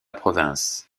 province